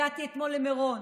הגעתי אתמול למירון,